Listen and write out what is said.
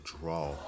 draw